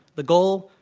the goal,